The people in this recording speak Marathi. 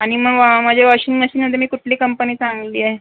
आणि मग माझ्या वॉशिंग मशीनमध्ये मी कुठली कंपनी चांगली आहे